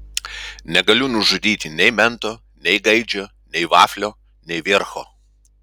negaliu nužudyti nei mento nei gaidžio nei vaflio nei viercho